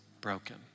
broken